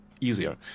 easier